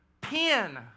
Pen